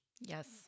Yes